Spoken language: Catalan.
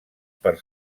per